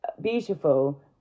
beautiful